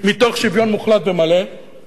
מתוך שוויון מוחלט ומלא,